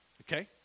okay